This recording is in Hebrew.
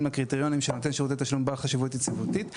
לקריטריונים של נותן שירותי תשלום בעל חשיבות יציבותית.